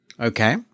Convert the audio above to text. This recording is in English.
Okay